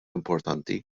importanti